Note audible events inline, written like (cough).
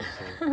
(laughs)